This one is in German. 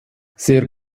sehr